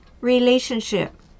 relationship